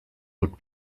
would